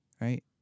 Right